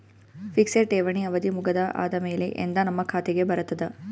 Fixed ಠೇವಣಿ ಅವಧಿ ಮುಗದ ಆದಮೇಲೆ ಎಂದ ನಮ್ಮ ಖಾತೆಗೆ ಬರತದ?